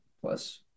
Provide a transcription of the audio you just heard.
plus